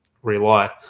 rely